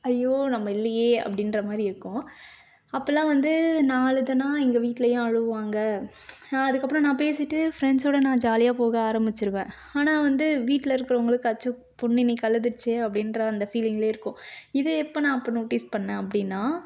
ஐயோ நம்ம இல்லையே அப்படின்ற மாதிரி இருக்கும் அப்போல்லாம் வந்து நான் அழுதேன்னா எங்கள் வீட்லேயும் அழுவாங்க நான் அதுக்கப்புறம் நான் பேசிவிட்டு ஃப்ரெண்ட்ஸோடு நான் ஜாலியாக போக ஆரமிச்சுடுவேன் ஆனால் வந்து வீட்டில் இருக்கவங்களுக்கு அச்சோ பொண்ணு இன்றைக்கி அழுதுடுச்சே அப்படின்ற அந்த ஃபீலிங்லேயே இருக்கும் இது எப்போ நான் அப்போ நோட்டீஸ் பண்ணிணேன் அப்படின்னா